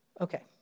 Okay